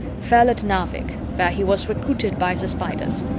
fell at narvik, where he was recruited by the spiders.